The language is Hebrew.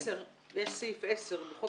יש סעיף 10 לחוק